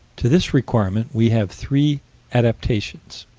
to this requirement we have three adaptations